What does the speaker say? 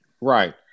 Right